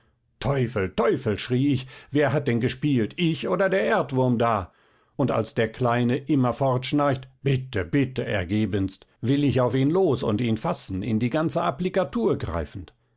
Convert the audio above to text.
tausend teufel schrie ich wer hat denn gespielt ich oder der erdwurm da und als der kleine immer fortschnarcht bitte bitte ergebenst will ich auf ihn los und ihn fassen in die ganze applikatur greifend